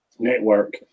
network